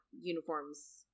uniforms